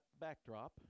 backdrop